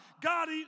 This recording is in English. God